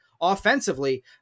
offensively